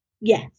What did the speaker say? yes